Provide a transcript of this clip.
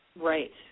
Right